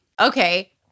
Okay